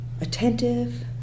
attentive